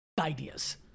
ideas